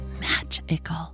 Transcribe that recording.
magical